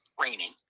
raining